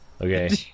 Okay